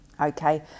Okay